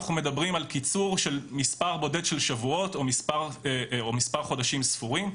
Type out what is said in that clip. אנחנו מדברים על קיצור של מספר בודד של שבועות או מספר חודשים ספורים.